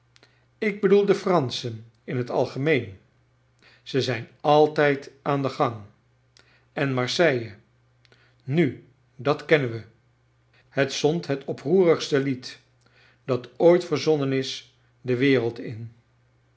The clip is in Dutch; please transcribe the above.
ik bedoel de eranschen in het algerneen ze zijn altijd aan den gang en marseille js'u dat kennen we het zond het oproerigste lied dat ooit verzonnen is de wereld in